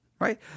Right